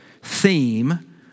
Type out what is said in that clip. theme